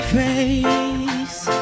face